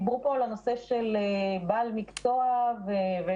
דיברו פה על הנושא של בעל מקצוע ואיזושהי